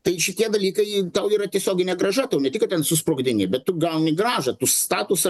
tai šitie dalykai tau yra tiesioginė grąža ne tik kad ten susprogdini bet tu gauni grąžą tu statusą